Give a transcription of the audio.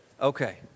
Okay